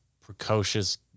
precocious